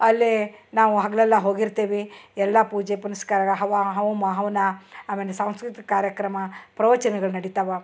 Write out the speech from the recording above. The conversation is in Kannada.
ಅಲ್ಲಿ ನಾವು ಹಗಲೆಲ್ಲ ಹೋಗಿರ್ತೀವಿ ಎಲ್ಲಾ ಪೂಜೆ ಪುನಸ್ಕಾರ ಹವ ಹೋಮ ಹವನ ಆಮೇಲೆ ಸಾಂಸ್ಕೃತಿಕ ಕಾರ್ಯಕ್ರಮ ಪ್ರವಚನಗಳು ನಡಿತಾವ